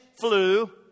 flu